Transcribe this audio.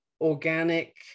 organic